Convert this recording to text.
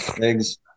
eggs